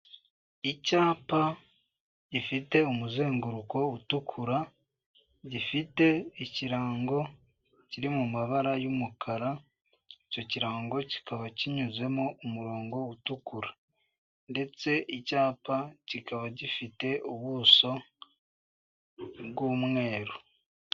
Icyapa gifite umuzenguruko utukura, gifite ikirango kiri mu mabara y'umukara icyo kirango kikaba kinyuzemo umurongo utukura ndetse icyapa kibaba gifite ubuso bw'umweru.